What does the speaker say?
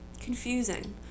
confusing